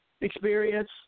experience